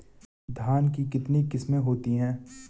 धान की कितनी किस्में होती हैं?